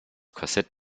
korsett